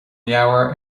leabhar